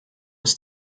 ist